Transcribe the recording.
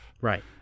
Right